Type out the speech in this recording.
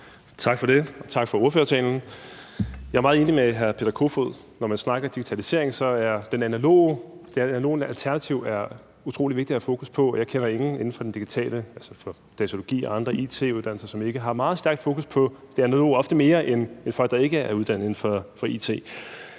Tak for det, og tak for ordførertalen. Jeg er meget enig med hr. Peter Kofod: Når man snakker digitalisering, er det analoge alternativ utrolig vigtigt at have fokus på. Jeg kender ingen inden for den digitale verden – altså datalogi og andre it-uddannelser – som ikke har meget stærkt fokus på det analoge, ofte mere end folk, der ikke er uddannet inden for it.